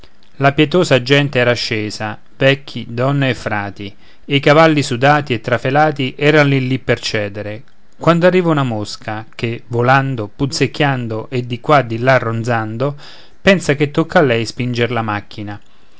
la pietosa gente era scesa vecchi donne e frati e i cavalli sudati e trafelati eran lì lì per cedere quando arriva una mosca che volando punzecchiando e di qua di là ronzando pensa che tocchi a lei spinger la macchina